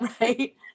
right